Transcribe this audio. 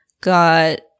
got